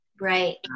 Right